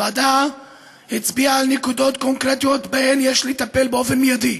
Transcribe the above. הוועדה הצביעה על נקודות קונקרטיות שבהן יש לטפל באופן מיידי: